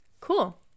Cool